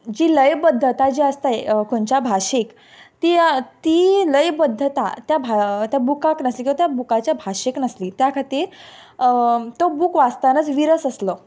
जी लयबद्धता जी आसता खंच्या भाशेक ती या ती लयबद्धता त्या भा त्या बुकाक नासली किंवां त्या बुकाच्या भाशेक नासली त्या खातीर तो बूक वाचतानाज विरस आसलो